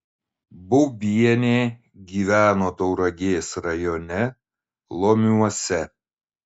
baubienė gyveno tauragės rajone lomiuose